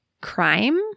crime